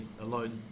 alone